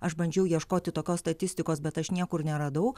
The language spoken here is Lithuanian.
aš bandžiau ieškoti tokios statistikos bet aš niekur neradau